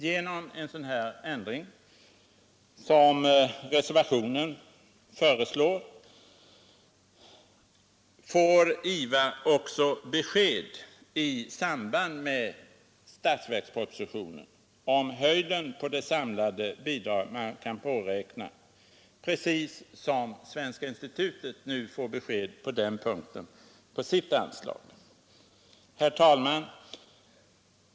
Genom en sådan ändring som reservationen föreslår får IVA också besked i samband med statsverkspropositionen om storleken av de samlade bidrag som man kan påräkna precis så som Svenska institutet på den punkten nu får besked om sitt anslag. Herr talman!